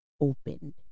opened